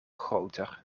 groter